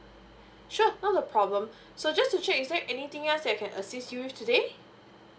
sure not a problem so just to check is there anything else that I can assist you with today